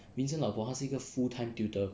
vincent 的老婆他是一个 full time tutor